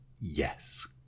Yes